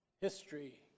history